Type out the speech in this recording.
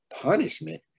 punishment